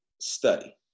study